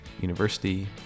university